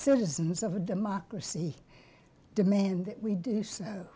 citizens of a democracy demand that we do so